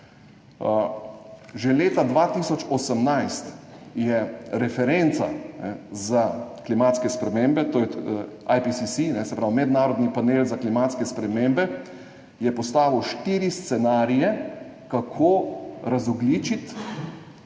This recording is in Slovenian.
Že leta 2018 je referenca za klimatske spremembe, to je IPCC, se pravi Mednarodni panel za klimatske spremembe, postavil štiri scenarije, kako razogljičiti